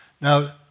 Now